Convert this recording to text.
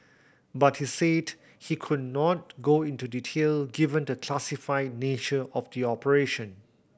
but he said he could not go into detail given the classified nature of the operation